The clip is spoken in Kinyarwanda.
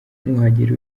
nuhagera